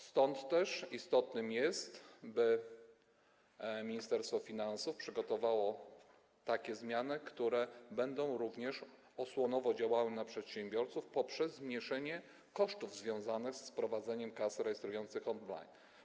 Stąd też istotne jest, by Ministerstwo Finansów przygotowało takie zmiany, które będą osłonowo działały na przedsiębiorców dzięki zmniejszeniu kosztów związanych z wprowadzeniem kas rejestrujących on-line.